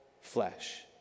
flesh